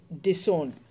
disown